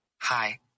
Hi